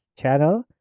channel